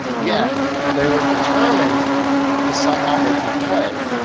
yet they were determined to somehow make me pay.